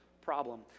problem